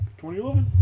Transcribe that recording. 2011